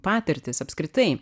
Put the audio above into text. patirtis apskritai